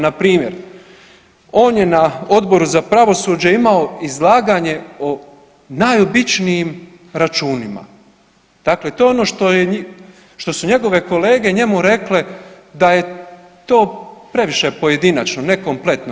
Npr. on je na Odboru za pravosuđe imao izlaganje o najobičnijim računima, dakle to je ono što su njegove kolege njemu rekle da je to previše pojedinačno, ne kompletno.